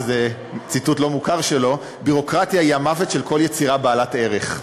וזה ציטוט לא מוכר שלו: ביורוקרטיה היא המוות של כל יצירה בעלת ערך.